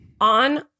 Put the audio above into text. on